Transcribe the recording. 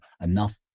enough